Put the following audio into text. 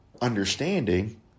understanding